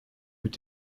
mit